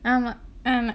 ஆமா ஆமா:aamaa aamaa